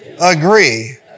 agree